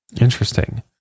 Interesting